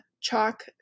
chalk